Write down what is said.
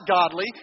godly